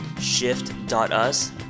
shift.us